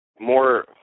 more